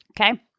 Okay